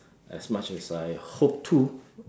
as much as I hoped to